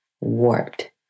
warped